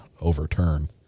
overturn